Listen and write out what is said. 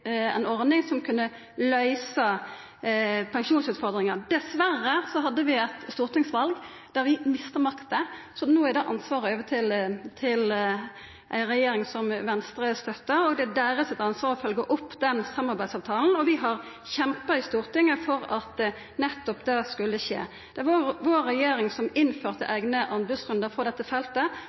ein dialog fram til ei ordning som kunne løysa pensjonsutfordringane. Dessverre hadde vi eit stortingsval der vi mista makta, så no ligg det ansvaret på ei regjering som Venstre støttar, og det er deira ansvar å følgja opp den samarbeidsavtalen. Vi har kjempa i Stortinget for at nettopp det skulle skje. Det var vår regjering som innførte eigne anbodsrundar for dette feltet,